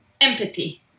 empathy